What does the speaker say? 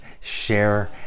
share